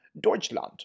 Deutschland